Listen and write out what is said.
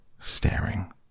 staring